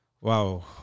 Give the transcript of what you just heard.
Wow